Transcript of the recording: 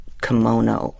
kimono